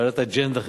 בעלת אג'נדה חברתית.